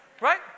right